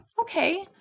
okay